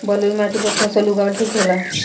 बलुई माटी पर फसल उगावल ठीक होला?